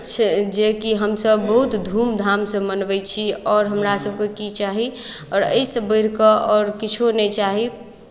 से जेकि हमसभ बहुत धूमधामसँ मनबै छी आओर हमरासभके की चाही आओर एहिसँ बढ़ि कऽ आओर किछो नहि चाही